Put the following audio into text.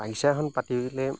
বাগিচা এখন পাতিলে